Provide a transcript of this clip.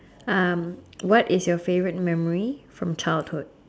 um what is your favourite memory from childhood